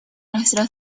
nuestra